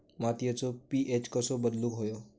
मातीचो पी.एच कसो बदलुक होयो?